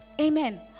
Amen